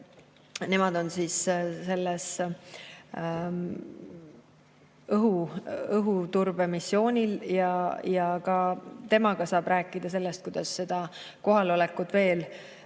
nemad on sellel õhuturbemissioonil ja ka temaga saab rääkida sellest, kuidas kohalolekut veel